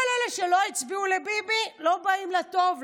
כל אלה שלא הצביעו לביבי לא באים לה טוב,